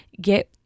get